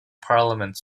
parliaments